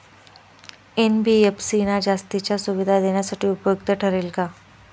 NBFC ना जास्तीच्या सुविधा देण्यासाठी उपयुक्त ठरेल का?